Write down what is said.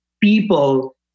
people